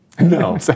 No